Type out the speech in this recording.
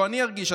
או אני ארגיש,